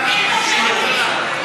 גם לפרטי.